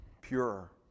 purer